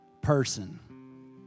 person